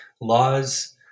laws